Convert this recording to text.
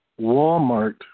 Walmart